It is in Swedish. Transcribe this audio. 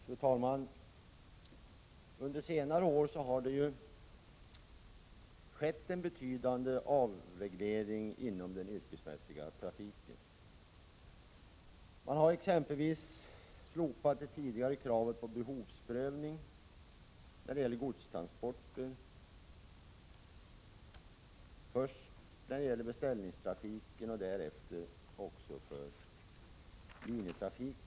Fru talman! Under senare år har det skett en betydande avreglering inom den yrkesmässiga trafiken. Exempelvis har det tidigare kravet på behovsprövning när det gäller godstransporter slopats, även beträffande beställningstrafiken och för linjetrafiken.